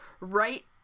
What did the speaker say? right